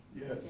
Yes